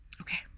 okay